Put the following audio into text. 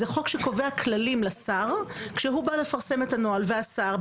זה חוק שקובע כללים לשר כשהוא בא לפרסם את הנוהל והשר,